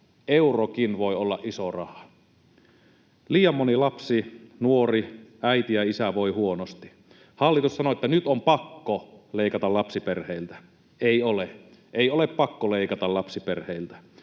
eurokin voi olla iso raha. Liian moni lapsi, nuori, äiti ja isä voi huonosti. Hallitus sanoo, että nyt on pakko leikata lapsiperheiltä. Ei ole, ei ole pakko leikata lapsiperheiltä.